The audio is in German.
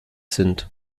sind